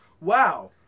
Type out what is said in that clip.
Wow